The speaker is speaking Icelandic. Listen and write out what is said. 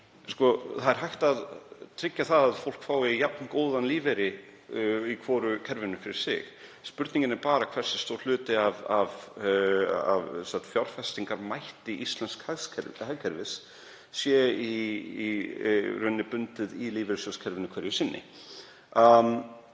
það er hægt að tryggja að fólk fái jafn góðan lífeyri í hvoru kerfinu fyrir sig. Spurningin er bara hversu stór hluti af fjárfestingarmætti íslensks hagkerfis sé í rauninni bundinn í lífeyrissjóðakerfinu hverju sinni.